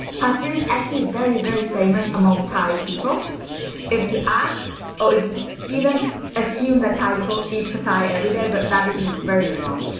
it is actually very very famous among thai people if you ask or if you even assume that thai people eat pad thai every day but that would be very wrong.